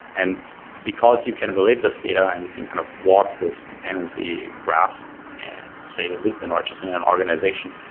and because you can relate this data and you can kind of walk this dependency graph and say in linkedin, or just in an organization,